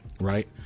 right